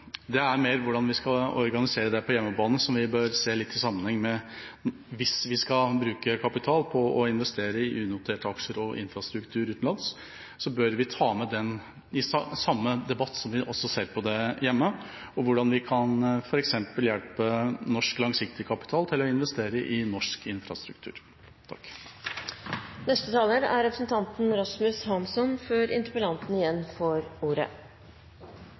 Det er mer hvordan vi skal organisere dette på hjemmebane som vi bør se litt i sammenheng. Hvis vi skal bruke kapital på å investere i unoterte aksjer og infrastruktur utenlands, bør vi også ta med i den samme debatten hvordan vi f.eks. kan hjelpe norsk langsiktig kapital til å investere i norsk infrastruktur. Jeg vil som andre takke interpellanten for et svært godt initiativ. Som interpellanten selv påpeker, er